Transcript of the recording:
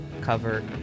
cover